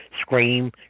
scream